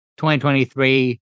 2023